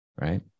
right